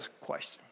question